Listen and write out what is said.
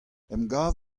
emgav